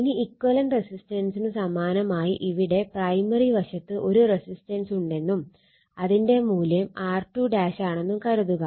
ഇനി ഇക്വലന്റ് റസിസ്റ്റൻസിനു സമാനമായി ഇവിടെ പ്രൈമറി വശത്ത് ഒരു റെസിസ്റ്റൻസുണ്ടെന്നും അതിന്റെ മൂല്യം R2 ആണെന്നും കരുതുക